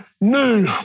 new